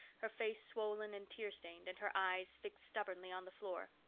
her face swollen and tear-stained and her eyes fixed stubbornly on the floor.